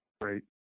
Great